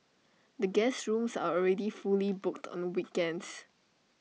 the guest rooms are already fully booked on weekends